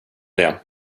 det